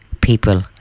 people